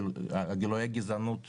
אני רואה גזענות כשאני,